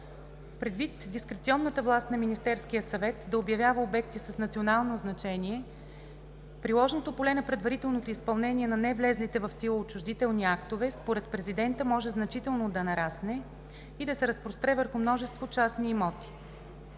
Предвид дискреционната власт на Министерския съвет да обявява обекти с национално значение, приложното поле на предварителното изпълнение на невлезлите в сила отчуждителни актове според президента може значително да нарасне и да се разпростре върху множество частни имоти.